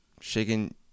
Shaking